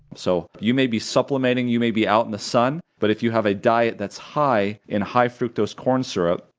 so you may be supplementing, you may be out in the sun, but if you have a diet that's high in high fructose corn syrup,